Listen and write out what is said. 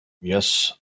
Yes